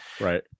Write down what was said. Right